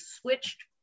switched